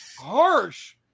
harsh